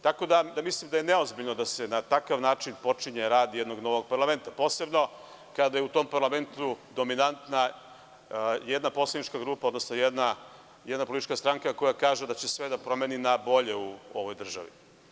Tako da mislim da je neozbiljno da se na takav način počinje rad jednog novog parlamenta, posebno kada je u tom parlamentu dominantna jedna poslanička grupa, odnosno jedna politička stranka koja kaže da će sve da promeni na bolje u ovoj državi.